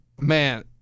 Man